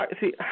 See